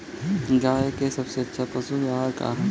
गाय के सबसे अच्छा पशु आहार का ह?